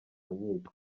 nkiko